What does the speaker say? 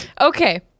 Okay